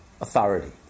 authority